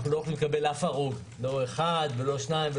אנחנו לא יכולים לקבל אף הרוג, לא אחד ולא שניים.